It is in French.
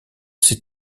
ses